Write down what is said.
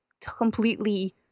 completely